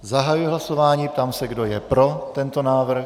Zahajuji hlasování, ptám se, kdo je pro tento návrh.